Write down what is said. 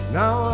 now